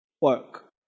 work